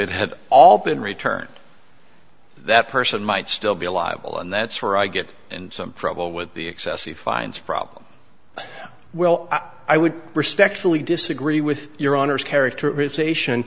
it had all been returned that person might still be alive and that's where i get in some trouble with the excess he finds a problem well i would respectfully disagree with your honor's characterization